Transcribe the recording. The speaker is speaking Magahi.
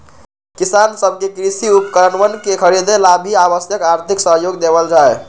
किसान सब के कृषि उपकरणवन के खरीदे ला भी आवश्यक आर्थिक सहयोग देवल जाहई